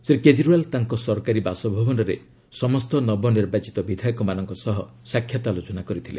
ଶ୍ରୀ କେଜରିୱାଲ୍ ତାଙ୍କ ସରକାରୀ ବାସଭବନରେ ସମସ୍ତ ନବନିର୍ବାଚିତ ବିଧାୟକମାନଙ୍କ ସହ ସାକ୍ଷାତ ଆଲୋଚନା କରିଥିଲେ